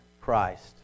Christ